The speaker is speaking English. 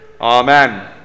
Amen